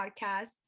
podcast